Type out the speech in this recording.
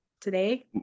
today